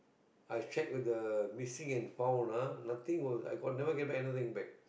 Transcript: I check with the missing and found ah nothing will I never get back anything back